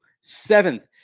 seventh